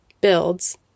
builds